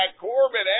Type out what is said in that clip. Corbin